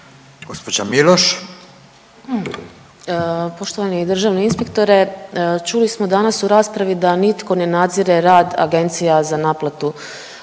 (Možemo!)** Poštovani državni inspektore, čuli smo danas u raspravi da nitko ne nadzire rad agencija za naplatu